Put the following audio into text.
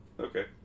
Okay